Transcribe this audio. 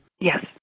Yes